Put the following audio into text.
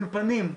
אולפנים.